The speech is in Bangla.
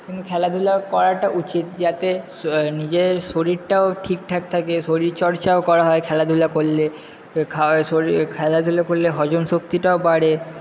কিন্তু খেলাধুলা করাটা উচিত যাতে নিজের শরীরটাও ঠিকঠাক থাকে শরীরচর্চাও করা হয় খেলাধুলা করলে খেলাধুলো করলে হজম শক্তিটাও বাড়ে